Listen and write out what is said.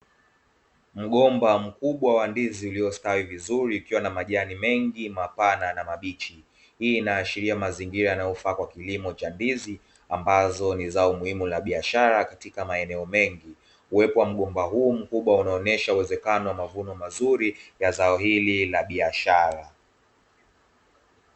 Magomba mkubwa wa ndizi iliyostawi vizuri ikiwa na majani mengi mapana na mabichi hii inaashiria mazingira yanayopakwa kilimo cha ndizi ambazo ni za umuhimu wa biashara katika maeneo mengi kuwekwa mgomba huu mkubwa unaonyesha uwezekano wa mavuno mazuri ya zao hili la biashara